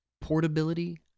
portability